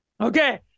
Okay